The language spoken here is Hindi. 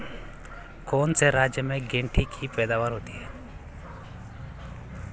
कौन से राज्य में गेंठी की पैदावार होती है?